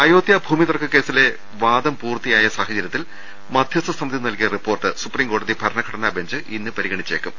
അയോധ്യാ ഭൂമി തർക്ക കേസിലെ വാദം പൂർത്തിയായ സാഹചര്യത്തിൽ മധ്യസ്ഥ സമിതി നൽകിയ റിപ്പോർട്ട് സുപ്രീംകോടതി ഭരണഘടനാ ബെഞ്ച് ഇന്ന് പരി ഗണിച്ചേക്കും